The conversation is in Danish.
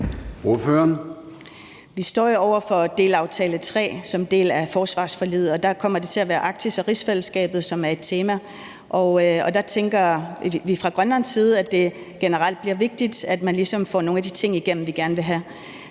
Vi står jo over for en tredje delaftale som en del af forsvarsforliget, og der kommer det til at være Arktis og rigsfællesskabet, som er et tema. Der tænker vi fra Grønlands side, at det generelt bliver vigtigt, at man ligesom får nogle af de ting igennem, vi gerne vil have.